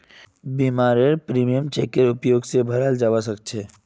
बीमारेर प्रीमियम चेकेर उपयोग स भराल जबा सक छे